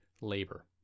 labor